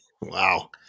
Wow